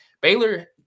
Baylor